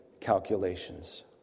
calculations